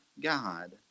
God